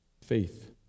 faith